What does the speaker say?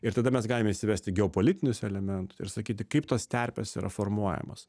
ir tada mes galime įsivesti geopolitinius elementus ir sakyti kaip tos terpės yra formuojamos